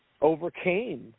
overcame